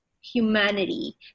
humanity